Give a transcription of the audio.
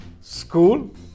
school